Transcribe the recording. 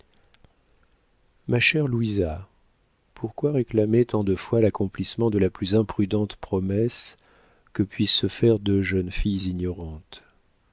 ma chère louisa pourquoi réclamer tant de fois l'accomplissement de la plus imprudente promesse que puissent se faire deux jeunes filles ignorantes